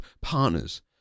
partners